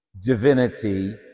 divinity